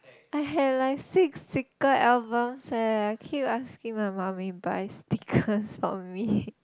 I had like six sticker albums eh I keep asking my mummy buy stickers for me